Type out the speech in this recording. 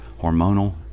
hormonal